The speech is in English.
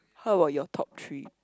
how about your top three